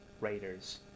raiders